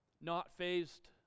not-phased